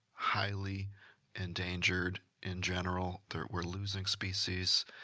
highly endangered in general. we're losing species.